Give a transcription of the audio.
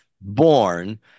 born